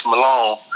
Malone